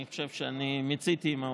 אני חושב שאני מיציתי עם ההודעות.